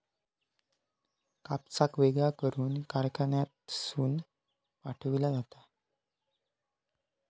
कापसाक वेगळा करून कारखान्यातसून पाठविला जाता